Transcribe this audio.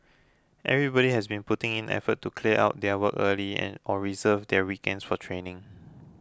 everybody has been putting in effort to clear out their work early and or reserve their weekends for training